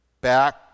back